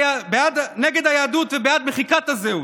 נגד היהדות ובעד מחיקת הזהות.